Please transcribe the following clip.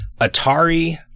Atari